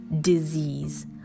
disease